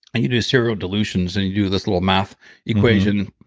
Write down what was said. you do serial dilutions and you do this little math equation,